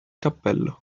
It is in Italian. cappello